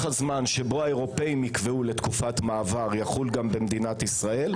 הזמן שבו האירופאים יקבעו לתקופת מעבר יחול גם במדינת ישראל,